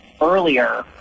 earlier